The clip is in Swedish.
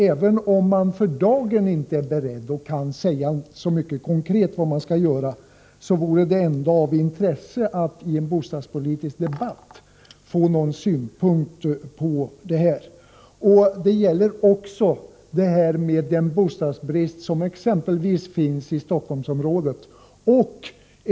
Även om bostadsministern inte för dagen kan säga så mycket om vilka konkreta åtgärder som skall vidtas, vore det ändå av intresse att i den bostadspolitiska debatten i dag få några synpunkter på den här frågan. Detsamma gäller också för den bostadsbrist som finns exempelvis inom Stockholmsområdet.